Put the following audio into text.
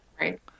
Right